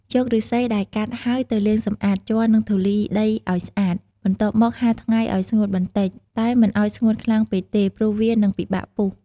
យកឫស្សីដែលកាត់ហើយទៅលាងសម្អាតជ័រ និងធូលីដីឱ្យស្អាត។ បន្ទាប់មកហាលថ្ងៃឱ្យស្ងួតបន្តិច តែមិនឱ្យស្ងួតខ្លាំងពេកទេ ព្រោះវានឹងពិបាកពុះ។